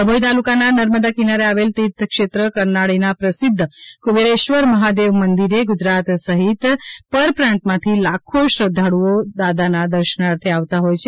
ડભોઇ તાલુકાના નર્મદા કિનારે આવેલા તીર્થક્ષેત્ર કરનાળીના પ્રસિદ્ધ કુબેરેશ્વર મહાદેવ મંદિરે ગુજરાત સહિત પર પ્રાંતમાંથી લાખો શ્રદ્ધાળ્ઓ દાદાના દર્શનાર્થે આવતા હોય છે